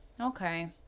Okay